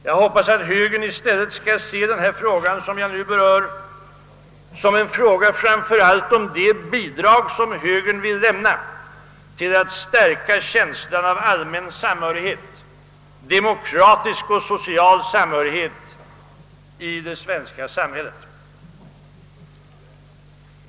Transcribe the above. Jag hoppas i stället att högern skall se det som en fråga om de bidrag som högern vill lämna till att stärka känslan av allmän demokratisk och social samhörighet i det svenska samhället.